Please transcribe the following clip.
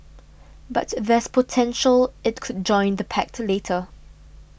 but there's potential it could join the pact later